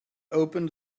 opened